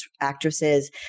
actresses